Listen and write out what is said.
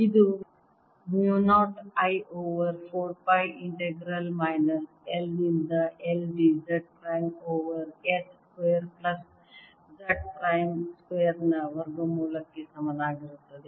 ಇದು mu 0 I over 4 pi integral minus L ನಿಂದ L d Z prime over S square plus Z prime ಸ್ಕ್ವೇರ್ನ ವರ್ಗಮೂಲ ಕ್ಕೆ ಸಮನಾಗಿರುತ್ತದೆ